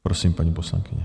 Prosím, paní poslankyně.